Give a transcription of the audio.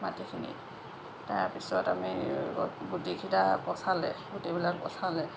মাটিখিনি তাৰ পিছত আমি গুটিকেইটা পঁচালে গুটিবিলাক পঁচালে